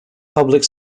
public